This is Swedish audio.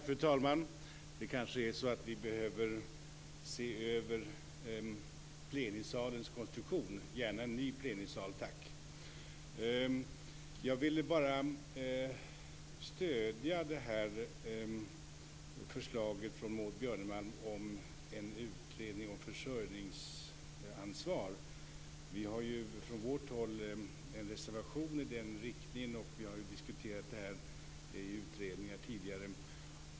Fru talman! Det kanske är så att vi behöver se över plenisalens konstruktion. Gärna en ny plenisal, tack! Jag ville bara stödja förslaget från Maud Björnemalm om en utredning om försörjningsansvar. Vi har från vårt håll en reservation i den riktningen, och vi har tidigare diskuterat detta i utredningar.